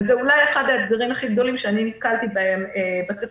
וזה אולי אחד האתגרים הכי גדולים שאני נתקלתי בהם בתפקיד.